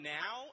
now